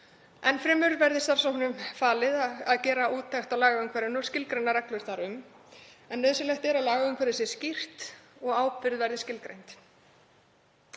Enn fremur verði starfshópnum falið að gera úttekt á lagaumhverfinu og skilgreina reglur þar um en nauðsynlegt er að lagaumhverfið sé skýrt og ábyrgð verði skilgreind.